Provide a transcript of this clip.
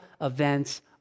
events